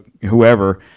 whoever